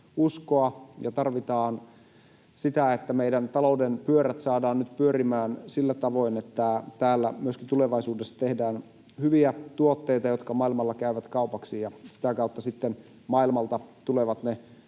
ja tarvitaan sitä, että meidän talouden pyörät saadaan nyt pyörimään sillä tavoin, että täällä myöskin tulevaisuudessa tehdään hyviä tuotteita, jotka maailmalla käyvät kaupaksi, ja sitä kautta sitten maailmalta tulevat ne